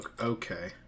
okay